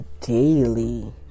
daily